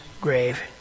grave